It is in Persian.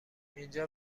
اینجا